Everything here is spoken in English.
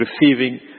receiving